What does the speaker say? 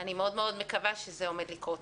אני מקווה מאוד שזה עומד לקרות.